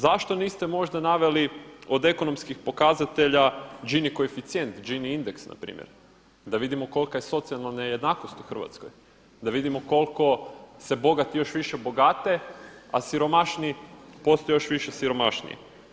Zašto niste možda naveli od ekonomskih pokazatelja Gini koeficijent, Gini indeks npr., da vidimo kolika je socijalna nejednakost u Hrvatskoj, da vidimo koliko se bogati još više bogate a siromašniji postaju još više nesiromašniji.